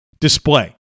display